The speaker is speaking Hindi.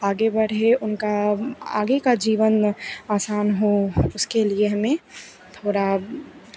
आगे बढ़े उनका आगे का जीवन आसान हो उसके लिए हमें थोड़ा